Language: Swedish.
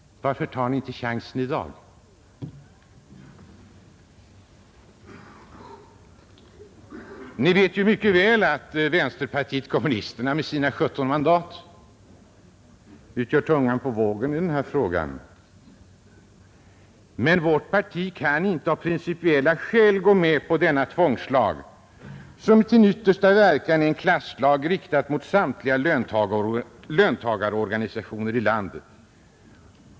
Varför tar ni inte chansen i dag? Ni vet ju mycket väl att vänsterpartiet kommunisterna med sina 17 mandat utgör tungan på vågen i denna fråga men att vi av principiella skäl inte kan gå med på denna tvångslag, som i sin yttersta verkan är en klasslag, riktad mot samtliga löntagarorganisationer i landet.